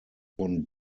von